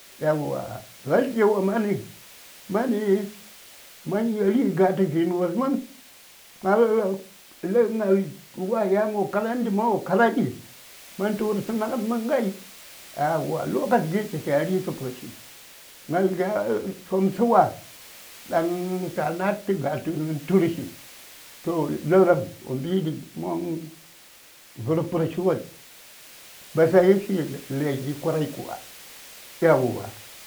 ﻿Aeywa Valti wo mani mani man nyoli gatə vin wos mən ŋal lən ŋal wa yan wo karanɗi ma wa kara ɗi man tu:r tə naŋat mən ŋai aeywa lokachi gi tə taya ri tə pərshi ŋal gya somsə wa dan ta na:d tə ga tu nə turshi wo mbi ɗi man vər pərshiwos basayi fi lai gi kwarai kuwa aeywa.